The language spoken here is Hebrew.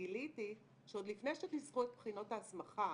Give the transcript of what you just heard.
גיליתי שעוד לפני שניסחו את בחינות ההסמכה